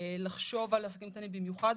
לחשוב על עסקים קטנים במיוחד